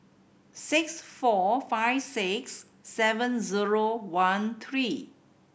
six four five six seven zero one three